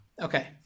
Okay